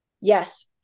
Yes